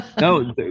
no